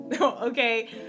okay